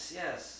yes